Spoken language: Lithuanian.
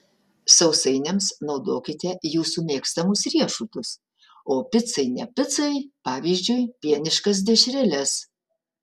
sausainiams naudokite jūsų mėgstamus riešutus o picai ne picai pavyzdžiui pieniškas dešreles